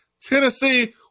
Tennessee